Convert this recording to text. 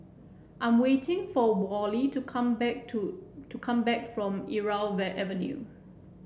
I'm waiting for Wally to come back to to come back from Irau Avenue